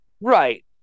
Right